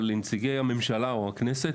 אבל לנציגי הממשלה או הכנסת,